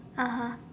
(uh huh)